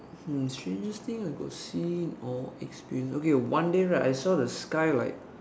um strangest thing I got see or experience okay one day right I saw the sky like